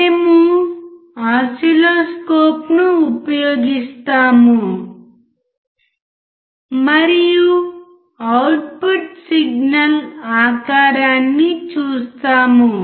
మేము ఓసిల్లోస్కోప్ను ఉపయోగిస్తాము మరియు అవుట్పుట్ సిగ్నల్ ఆకారాన్ని చూస్తాము